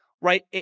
right